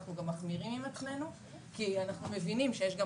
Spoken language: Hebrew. אנחנו גם מחמירים עם עצמנו כי אנחנו מבינים שיש גם